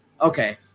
okay